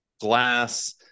glass